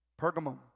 Pergamum